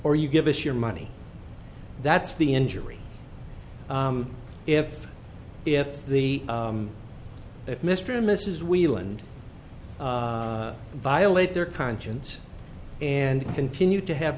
or you give us your money that's the injury if if the if mr and mrs wieland violate their conscience and continue to have